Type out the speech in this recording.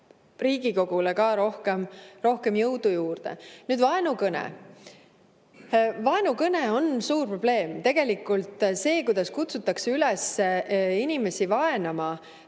Riigikogule rohkem jõudu juurde. Nüüd vaenukõnest. Vaenukõne on suur probleem. Tegelikult on see, kuidas kutsutakse üles inimesi vaenama,